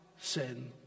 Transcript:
sin